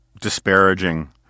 disparaging